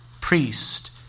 priest